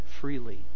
freely